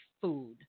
food